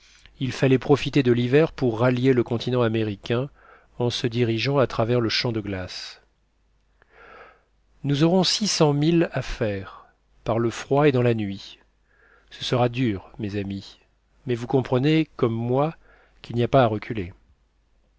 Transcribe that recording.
il fallait profiter de l'hiver pour rallier le continent américain en se dirigeant à travers le champ de glace nous aurons six cents milles à faire par le froid et dans la nuit ce sera dur mes amis mais vous comprenez comme moi qu'il n'y a pas à reculer